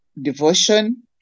devotion